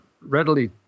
readily